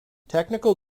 technical